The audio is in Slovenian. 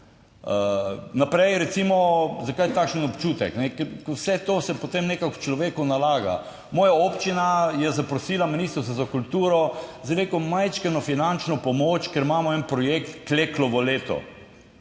Naprej, recimo, zakaj takšen občutek. Vse to se potem nekako človeku nalaga. Moja občina je zaprosila Ministrstvo za kulturo za neko majčkeno finančno pomoč, ker imamo en projekt, Kleklovo leto.